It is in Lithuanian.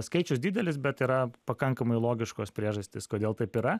skaičius didelis bet yra pakankamai logiškos priežastys kodėl taip yra